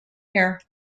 here